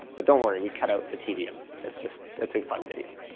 but don't worry, we cut out the tedium. it's just, it's a fun video.